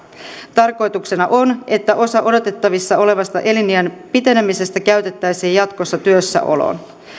tarkoituksena on että osa odotettavissa olevasta eliniän pitenemisestä käytettäisiin jatkossa työssäoloon